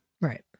Right